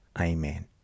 Amen